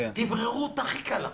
תבררו את הכי קלה.